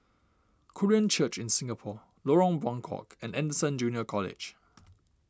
Korean Church in Singapore Lorong Buangkok and Anderson Junior College